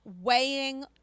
weighing